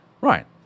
Right